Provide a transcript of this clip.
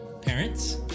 parents